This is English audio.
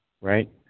right